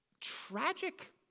tragic